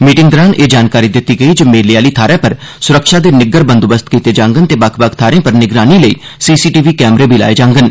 meeting दौरान एह् जानकारी दित्ती गेई जे मेले आह्ली थाहरै पर सुरक्षा दे निग्गर बंदोबस्त कीते जाड़न ते बक्ख बक्ख थाहरें पर निगरानी लेई सीसीटीवी कैमरे बी लाए जाडन